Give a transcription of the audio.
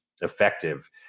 effective